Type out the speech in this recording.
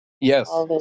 Yes